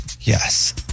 Yes